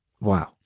wow